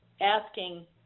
asking